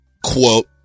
Quote